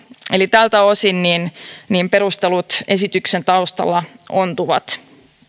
tältä osin perustelut esityksen taustalla ontuvat